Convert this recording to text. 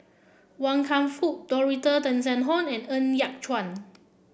Wan Kam Fook Dorothy Tessensohn and Ng Yat Chuan